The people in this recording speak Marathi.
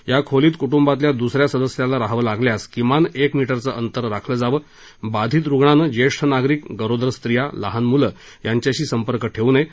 या खोलीत कुपुंबातल्या दूसऱ्या सदस्याला राहावं लागल्यास किमान एक मि रचं अंतर राखावं बाधित रूग्णानं ज्येष्ठ नागरिक गरोदर स्ट्रिया लहान म्लं यांच्याशी संपर्क ठेऊ नये